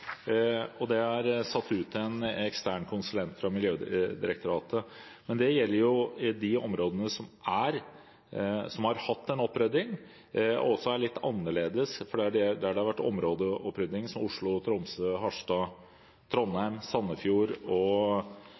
satt ut til en ekstern konsulent fra Miljødirektoratet. Men det gjelder i de områdene som har hatt en opprydding, og som er litt annerledes. Der det har vært områdeopprydding, som i Oslo, Tromsø, Harstad, Trondheim, Sandefjord og